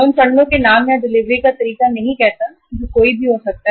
उन फंडों के नाम या डिलीवरी का तरीका कोई भी हो सकता है